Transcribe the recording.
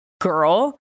girl